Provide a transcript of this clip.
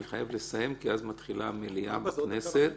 אני חייב לסיים כי אז מתחילה המליאה בכנסת.